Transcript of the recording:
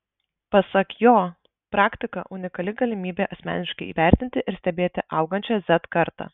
pasak jo praktika unikali galimybė asmeniškai įvertinti ir stebėti augančią z kartą